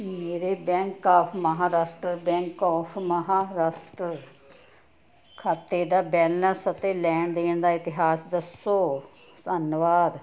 ਮੇਰੇ bank of Maharashtra bank of Maharashtra ਖਾਤੇ ਦਾ ਬੈਲੰਸ ਅਤੇ ਲੈਣ ਦੇਣ ਦਾ ਇਤਿਹਾਸ ਦੱਸੋ ਧੰਨਵਾਦ